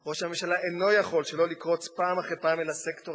ראש הממשלה אינו יכול שלא לקרוץ פעם אחר פעם אל הסקטור הפרטי,